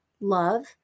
love